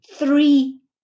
Three